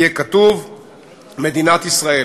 יהיה כתוב "מדינת ישראל",